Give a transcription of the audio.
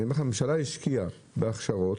הממשלה השקיעה בהכשרות,